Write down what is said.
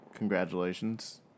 Congratulations